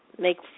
make